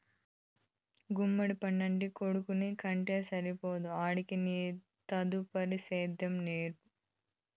గుమ్మడి పండంటి కొడుకుని కంటే సరికాదు ఆడికి నీ తదుపరి సేద్యం నేర్పు